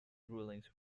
rulings